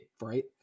right